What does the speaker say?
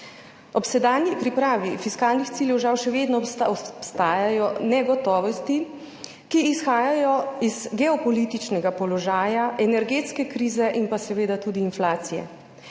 Ob sedanji pripravi fiskalnih ciljev žal še vedno obstajajo negotovosti, ki izhajajo iz geopolitičnega položaja, energetske krize in pa seveda tudi inflacije.